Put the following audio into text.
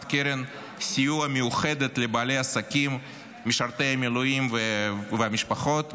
קרן סיוע מיוחדת לבעלי עסקים משרתי המילואים והמשפחות,